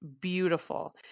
beautiful